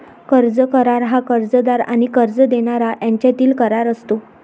कर्ज करार हा कर्जदार आणि कर्ज देणारा यांच्यातील करार असतो